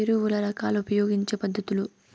ఎరువుల రకాలు ఉపయోగించే పద్ధతులు?